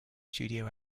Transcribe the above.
studio